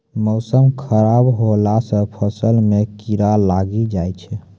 मौसम खराब हौला से फ़सल मे कीड़ा लागी जाय छै?